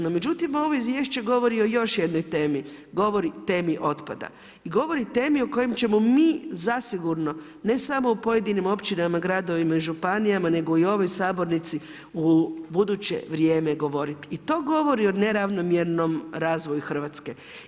No međutim, ovo Izvješće govori o još jednoj temi, govori o temi otpada, govori o temi o kojoj ćemo mi zasigurno ne samo u pojedinim općinama, gradovima i županijama nego i ovoj Sabornici u buduće vrijeme govoriti i to govori o neravnomjernom razvoju Hrvatske.